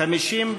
לא נתקבלה.